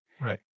Right